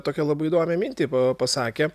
tokią labai įdomią mintį pasakė